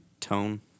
tone